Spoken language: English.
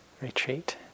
retreat